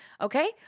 Okay